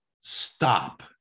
Stop